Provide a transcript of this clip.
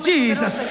Jesus